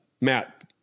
Matt